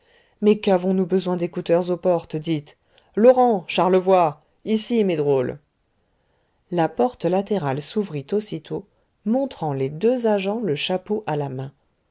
mais qu'avons-nous besoin d'écouteurs aux portes dites laurent charlevoy ici mes drôles la porte latérale s'ouvrit aussitôt montrant les deux agents le chapeau à la main